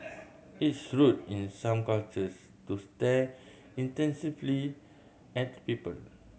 it's rude in some cultures to stare intensively at people